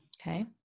Okay